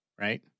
Right